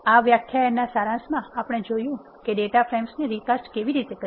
આ વ્યાખ્યાન ના સારાંશમાં આપણે જોયું છે કે ડેટા ફ્રેમ્સને રિકાસ્ટ કેવી રીતે કરવી